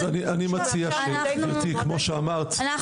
אז אני מציע גברתי כמו שאמרת,